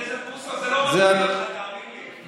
חבר הכנסת בוסו, זה לא רק נגדך, תאמין לי.